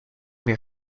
meer